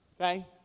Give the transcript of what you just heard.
Okay